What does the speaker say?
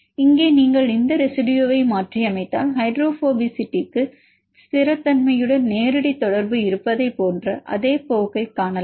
இங்கே நீங்கள் இந்த ரெசிடுயுவை மாற்றியமைத்தால் ஹைட்ரோபோபசிட்டிக்கு ஸ்திரத்தன்மையுடன் நேரடி தொடர்பு இருப்பதைப் போன்ற அதே போக்கைக் காணலாம்